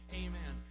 amen